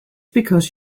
because